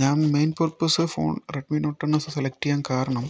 ഞാൻ main purpose phone Redmi Note N S select ചെയ്യാൻ കാരണം